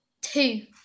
Two